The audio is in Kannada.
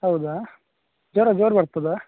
ಹೌದಾ ಜ್ವರ ಜೋರು ಬರ್ತದಾ